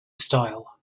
stile